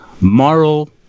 moral